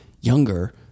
younger